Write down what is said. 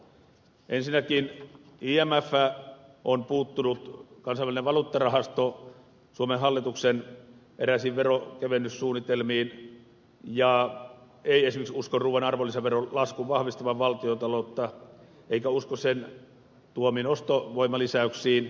ensinnäkin kansainvälinen valuuttarahasto imf on puuttunut suomen hallituksen eräisiin veronkevennyssuunnitelmiin eikä esimerkiksi usko ruuan arvonlisäveron laskun vahvistavan valtiontaloutta eikä usko sen tuomiin ostovoimalisäyksiin